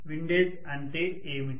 windage అంటే ఏమిటి